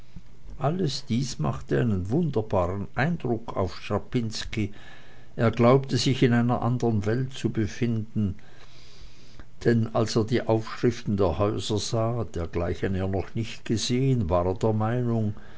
alles dieses machte einen wunderbaren eindruck auf strapinski er glaubte sich in einer anderen welt zu befinden denn als er die aufschriften der häuser las dergleichen er noch nicht gesehen war er der meinung